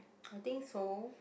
I think so